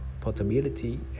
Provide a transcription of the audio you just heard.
portability